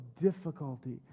difficulty